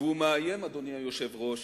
והוא מאיים, אדוני היושב-ראש,